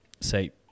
say